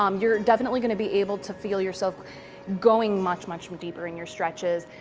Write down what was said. um you're definitely going to be able to feel yourself going much, much deeper in your stretches.